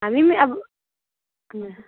हामी पनि अब